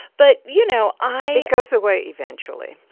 but you know, i goes away eventually.